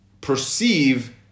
perceive